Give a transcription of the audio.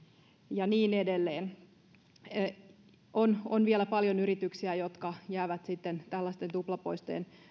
ja niin edelleen on on vielä paljon yrityksiä jotka jäävät tällaisten tuplapoistojen